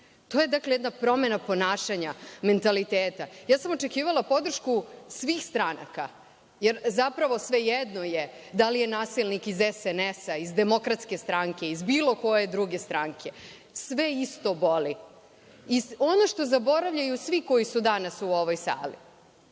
To je dakle, jedna promena ponašanja, mentaliteta. Očekivala sam podršku svih stranaka, jer zapravo svejedno je da li je nasilnik iz SNS, iz DS, iz bilo koje druge stranke. Sve isto boli. Ono što zaboravljaju svi koji su danas u ovoj sali,